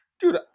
Dude